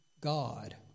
God